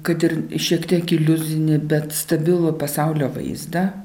kad ir šiek tiek iliuzinį bet stabilų pasaulio vaizdą